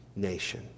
nation